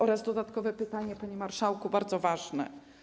Oraz dodatkowe pytanie, panie marszałku, bardzo ważne: